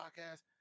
Podcast